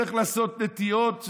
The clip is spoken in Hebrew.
הולך לעשות נטיעות,